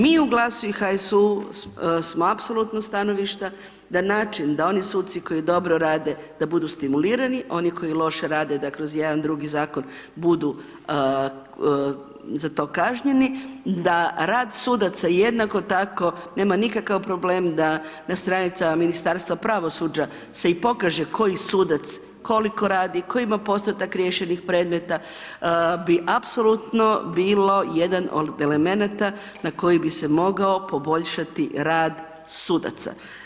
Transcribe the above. Mi u GLAS-u i HSU-u smo apsolutnog stanovišta da način da oni suci koji dobro rade da budu stimulirani, oni koji loše rade da kroz jedan drugi Zakon budu za to kažnjeni, da rad sudaca jednako tako nema nikakav problem da na stranicama Ministarstva pravosuđa se i pokaže koji sudac koliko radi, koji ima postotak riješenih predmeta, bi apsolutno bilo jedan od elemenata na koji bi se mogao poboljšati rad sudaca.